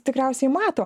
tikriausiai mato